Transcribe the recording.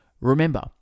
Remember